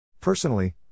Personally